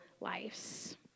lives